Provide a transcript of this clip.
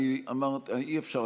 אי-אפשר,